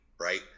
right